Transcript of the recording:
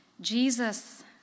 Jesus